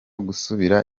gusubira